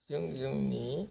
जों जोंनि